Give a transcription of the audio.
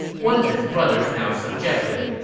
one of his brothers now suggested,